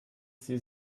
sie